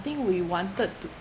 think we wanted to